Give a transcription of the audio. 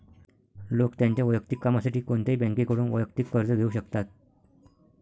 लोक त्यांच्या वैयक्तिक कामासाठी कोणत्याही बँकेकडून वैयक्तिक कर्ज घेऊ शकतात